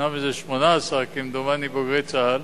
18 כמדומני בוגרי צה"ל.